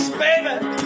baby